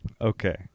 Okay